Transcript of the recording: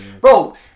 Bro